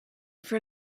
for